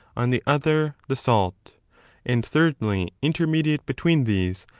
on the other the salt and, thirdly, intermediate between these,